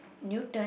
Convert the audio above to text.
Newton